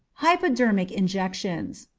hypodermic injections.